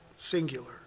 Singular